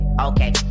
okay